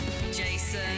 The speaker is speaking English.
Jason